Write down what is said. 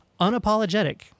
unapologetic